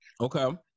Okay